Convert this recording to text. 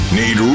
need